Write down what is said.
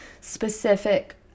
specific